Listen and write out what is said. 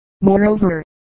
Moreover